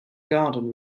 garden